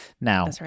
Now